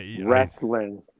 Wrestling